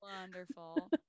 Wonderful